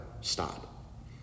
stop